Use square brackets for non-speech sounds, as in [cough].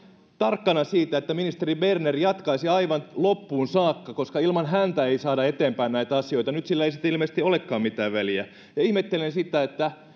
tarkkana siitä että ministeri berner jatkaisi aivan loppuun saakka koska ilman häntä ei saada eteenpäin näitä asioita nyt sillä ei sitten ilmeisesti olekaan mitään väliä ja ihmettelen sitä että [unintelligible]